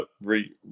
re